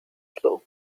floor